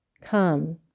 come